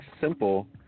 simple